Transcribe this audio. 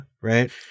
Right